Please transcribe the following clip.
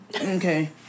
okay